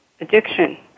addiction